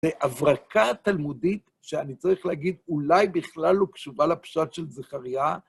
זה הברקה תלמודית, שאני צריך להגיד, אולי בכלל לא קשובה לפשוט של זכריה.